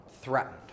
threatened